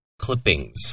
clippings